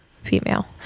female